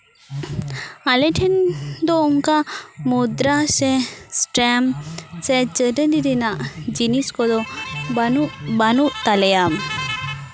ᱟᱞᱮ ᱴᱷᱮᱱ ᱫᱚ ᱚᱱᱠᱟ ᱢᱩᱫᱨᱟ ᱥᱮ ᱥᱴᱮᱢᱯ ᱥᱮ ᱪᱟᱹᱴᱟᱹᱱᱤ ᱨᱮᱱᱟᱜ ᱡᱤᱱᱤᱥ ᱠᱚᱫᱚ ᱵᱟᱹᱱᱩᱜ ᱵᱟᱹᱱᱩᱜ ᱛᱟᱞᱮᱭᱟ